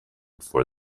for